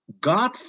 God